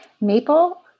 Maple